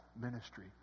ministry